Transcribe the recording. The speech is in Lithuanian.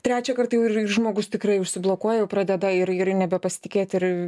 trečią kartą jau ir žmogus tikrai užsiblokuoja jau pradeda ir ir nebepasitikėti ir